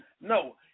No